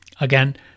Again